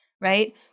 Right